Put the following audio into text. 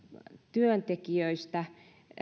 työntekijöistä